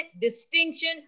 distinction